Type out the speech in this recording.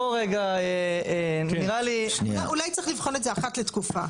נראה לי --- אולי צריך לבחון את זה אחת לתקופה,